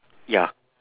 ya